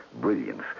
brilliance